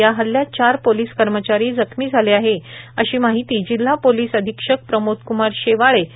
या हल्ल्यात चार पोलिस कर्मचारी जखमी झाले अशी माहिती जिल्हा पोलीस अधीक्षक प्रमोदक्मार शेवाळे यांनी दिली